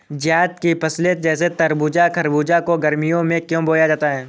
जायद की फसले जैसे तरबूज़ खरबूज को गर्मियों में क्यो बोया जाता है?